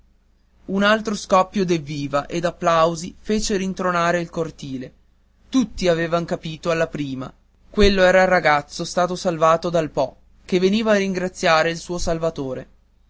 un altro scoppio d'evviva e d'applausi fece rintronare il cortile tutti avevan capito alla prima quello era il ragazzo stato salvato dal po che veniva a ringraziare il suo salvatore